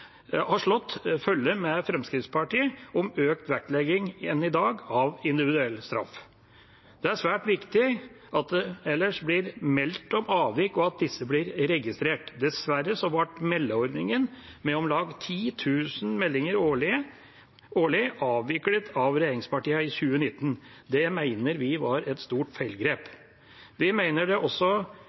slått følge med Fremskrittspartiet om større vektlegging enn i dag av individuell straff. Det er svært viktig at det ellers blir meldt om avvik, og at disse blir registrert. Dessverre ble meldeordningen, med om lag 10 000 meldinger årlig, avviklet av regjeringspartiene i 2019. Det mener vi var et stort feilgrep. Vi mener det også